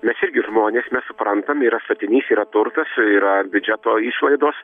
mes irgi žmonės mes suprantam yra statinys yra turtas yra biudžeto išlaidos